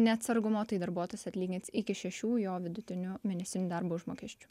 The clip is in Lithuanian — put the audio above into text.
neatsargumo tai darbuotojas atlygins iki šešių jo vidutinių mėnesinių darbo užmokesčių